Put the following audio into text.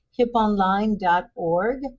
hiponline.org